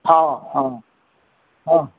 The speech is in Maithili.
हँ हँ हँ